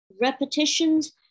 repetitions